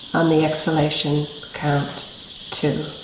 on the exhalation count two,